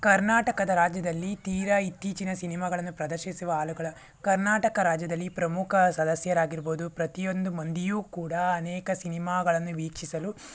ಕರ್ನಾಟಕದ ರಾಜ್ಯದಲ್ಲಿ ತೀರ ಇತ್ತೀಚಿನ ಸಿನಿಮಾಗಳನ್ನು ಪ್ರದರ್ಶಿಸುವ ಹಾಲುಗಳ ಕರ್ನಾಟಕ ರಾಜ್ಯದಲ್ಲಿ ಪ್ರಮುಖ ಸದಸ್ಯರಾಗಿರಬಹುದು ಪ್ರತಿಯೊಂದು ಮಂದಿಯೂ ಕೂಡ ಅನೇಕ ಸಿನಿಮಾಗಳನ್ನು ವೀಕ್ಷಿಸಲು